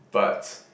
but